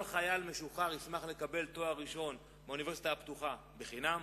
כל חייל משוחרר ישמח לקבל תואר ראשון מהאוניברסיטה הפתוחה בחינם,